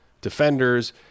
defenders